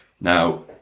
Now